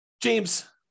James